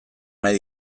nahi